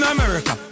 America